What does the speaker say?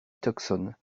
tucson